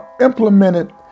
implemented